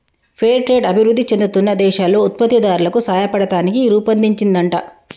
fair trade అభివృధి చెందుతున్న దేశాల్లో ఉత్పత్తి దారులకు సాయపడతానికి రుపొన్దించిందంట